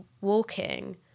walking